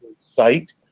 site